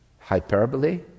Hyperbole